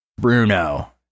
Bruno